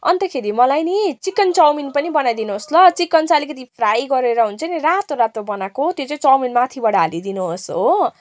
अन्तखेरि मलाई नि चिकन चाउमिन पनि बनाइदिनुहोस् ल चिकन चाहिँ अलिकति फ्राई गरेर हुन्छ नि रातो रातो बनाएको त्यो चाहिँ चाउमिन माथिबाट हालिदिनुहोस् हो